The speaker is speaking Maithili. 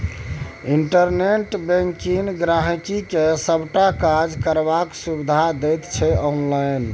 इंटरनेट बैंकिंग गांहिकी के सबटा काज करबाक सुविधा दैत छै आनलाइन